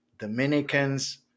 Dominicans